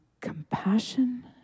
compassion